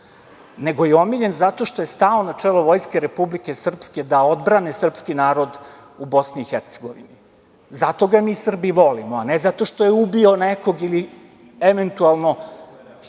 nego je omiljen zato što je stao na čelo vojske Republike Srpske, da odbrane srpski narod u BiH. Zato ga mi Srbi volimo, a ne zato što je ubio nekog, ili